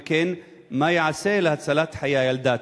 2. אם כן, מה ייעשה להצלת חיי הילדה?